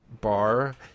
bar